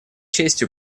честью